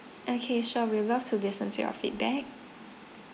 okay sure we'd love to listen to your feedback